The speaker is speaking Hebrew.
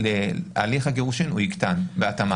הליך הגירושין תקטן בהתאמה.